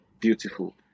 beautiful